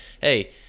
hey